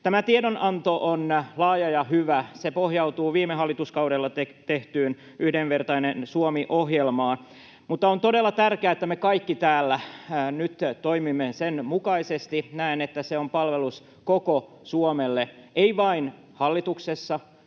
Tämä tiedonanto on laaja ja hyvä. Se pohjautuu viime hallituskaudella tehtyyn Yhdenvertainen Suomi ‑ohjelmaan, ja on todella tärkeää, että me kaikki täällä nyt toimimme sen mukaisesti. Näen, että se on palvelus koko Suomelle, ei vain hallituksessa